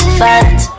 fat